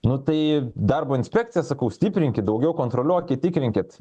nu tai darbo inspekcija sakau stiprinkit daugiau kontroliuokit tikrinkit